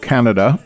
Canada